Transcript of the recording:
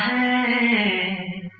a